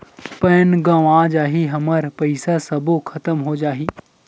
Pan गंवा जाही हमर पईसा सबो खतम हो जाही?